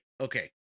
okay